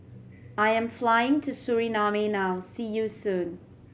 I am flying to Suriname now See you soon